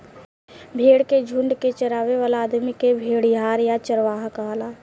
भेड़ के झुंड के चरावे वाला आदमी के भेड़िहार या चरवाहा कहाला